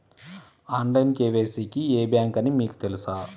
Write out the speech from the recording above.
Online KYC కి ఏ bank అని మీకు తెలుసా?